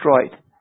destroyed